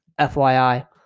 FYI